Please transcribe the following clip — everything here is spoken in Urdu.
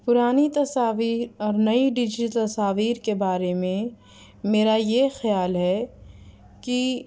پرانی تصاویر اور نئی ڈیجیٹل تصاویر کے بارے میں میرا یہ خیال ہے کہ